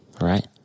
right